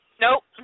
Nope